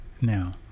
now